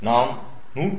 நாம் 107